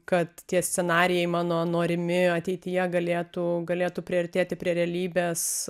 kad tie scenarijai mano norimi ateityje galėtų galėtų priartėti prie realybės